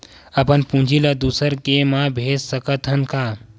अपन पूंजी ला दुसर के मा भेज सकत हन का?